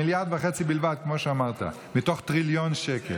1.5 מיליארד בלבד, כמו שאמרת, מתוך טריליון שקל.